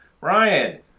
Ryan